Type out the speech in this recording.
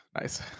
Nice